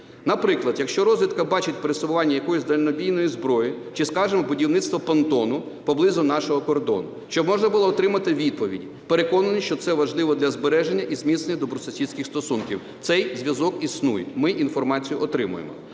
Наприклад, якщо розвідка бачить пересування якоїсь дальнобійної зброї чи, скажімо, будівництво понтону поблизу нашого кордону, щоб можна було отримати відповідь. Переконаний, що це важливо для збереження і зміцнення добросусідських стосунків. Цей зв'язок існує, ми інформацію отримуємо.